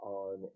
on